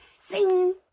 sing